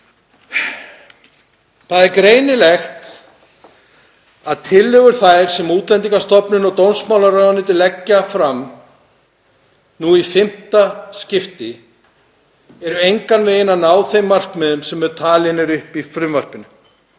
Það er greinilegt að tillögur þær sem Útlendingastofnun og dómsmálaráðuneytið leggja fram nú í fimmta skipti ná engan veginn þeim markmiðum sem talin eru upp í frumvarpinu.